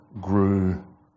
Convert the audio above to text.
grew